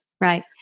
Right